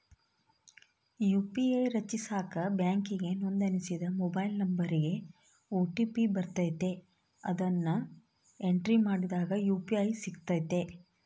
UPI ರಚಿಸಾಕ ಬ್ಯಾಂಕಿಗೆ ನೋಂದಣಿಸಿದ ಮೊಬೈಲ್ ನಂಬರಿಗೆ ಓ.ಟಿ.ಪಿ ಬರ್ತತೆ, ಅದುನ್ನ ಎಂಟ್ರಿ ಮಾಡಿದಾಗ ಯು.ಪಿ.ಐ ಸಿಗ್ತತೆ